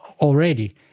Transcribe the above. already